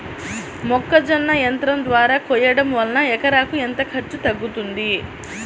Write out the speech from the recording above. మొక్కజొన్న యంత్రం ద్వారా కోయటం వలన ఎకరాకు ఎంత ఖర్చు తగ్గుతుంది?